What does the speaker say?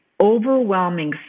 overwhelming